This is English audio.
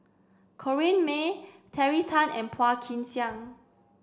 Corrinne May Terry Tan and Phua Kin Siang